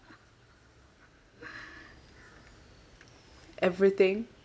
everything